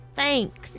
Thanks